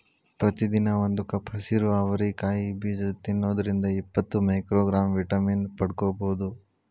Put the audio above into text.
ಪ್ರತಿದಿನ ಒಂದು ಕಪ್ ಹಸಿರು ಅವರಿ ಕಾಯಿ ಬೇಜ ತಿನ್ನೋದ್ರಿಂದ ಇಪ್ಪತ್ತು ಮೈಕ್ರೋಗ್ರಾಂ ವಿಟಮಿನ್ ಪಡ್ಕೋಬೋದು